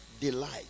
Delight